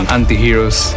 Anti-heroes